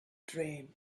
dream